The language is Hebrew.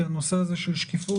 כי הנושא הזה של שקיפות,